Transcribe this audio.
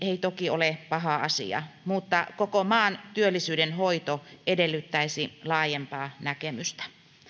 toki ole paha asia mutta koko maan työllisyyden hoito edellyttäisi laajempaa näkemystä